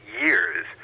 years